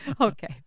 Okay